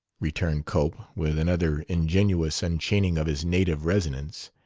returned cope, with another ingenuous unchaining of his native resonance,